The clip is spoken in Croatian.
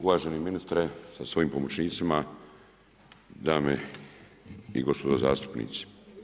Uvaženi ministre sa svojim pomoćnicima, dame i gospodo zastupnici.